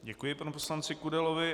Děkuji panu poslanci Kudelovi.